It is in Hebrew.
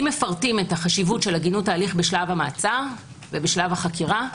אם מפרטים את חשיבות הגינות ההליך בשלב המעצר ובשלב החקירה,